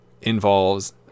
involves